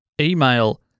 email